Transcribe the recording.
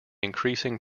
increasing